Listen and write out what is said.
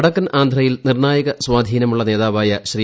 വടക്കൻ ആന്ധ്രയിൽ നിർണായക സ്വാധീനമുള്ള നേതാവായ ശ്രീ